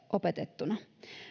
opetettuna